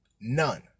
None